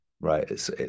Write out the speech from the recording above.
Right